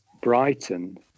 Brighton